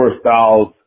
styles